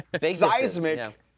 seismic